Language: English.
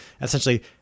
essentially